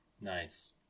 Nice